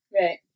Right